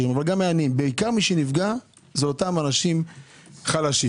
בעיקר מי שנפגע זה אותם אנשים חלקים.